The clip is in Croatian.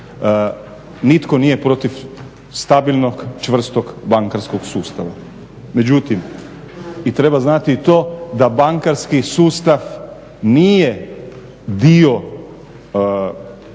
nitko nije protiv stabilnog čvrstog bankarskog sustava. Međutim, treba znati i to da bankarski sustav nije dio ili